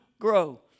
grow